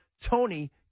Tony